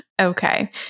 Okay